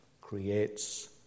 creates